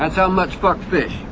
how much fuck fish.